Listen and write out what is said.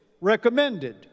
recommended